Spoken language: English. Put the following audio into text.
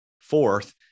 fourth